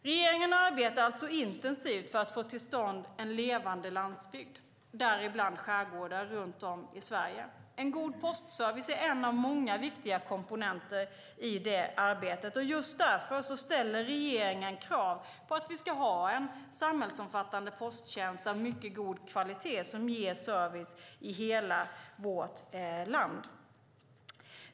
Regeringen arbetar alltså intensivt för att få till stånd en levande landsbygd, däribland skärgårdar runt om i Sverige. En god postservice är en av många viktiga komponenter i det arbetet. Just därför ställer regeringen krav på att vi ska ha en samhällsomfattande posttjänst av mycket god kvalitet som ger service i hela vårt land.